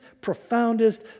profoundest